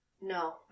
No